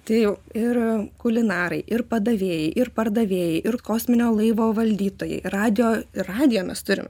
tai jau ir kulinarai ir padavėjai ir pardavėjai ir kosminio laivo valdytojai radijo radijo mes turim